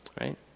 Right